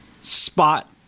spot